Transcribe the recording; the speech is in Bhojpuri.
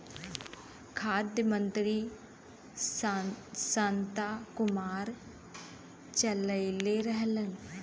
खाद्य मंत्री शांता कुमार चललइले रहलन